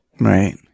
Right